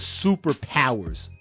superpowers